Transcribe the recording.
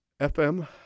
FM